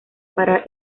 para